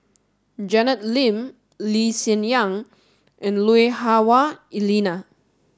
Janet Lim Lee Hsien Yang and Lui Hah Wah Elena